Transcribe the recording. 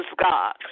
God